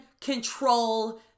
control